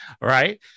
Right